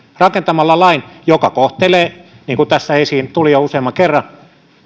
rakentamalla lain joka kohtelee niin kuin tässä esiin tuli jo useamman kerran